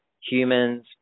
humans